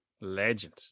Legend